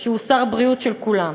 שהוא שר בריאות של כולם.